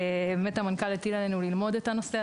באמת המנכ"ל הטיל עלינו ללמוד את הנושא,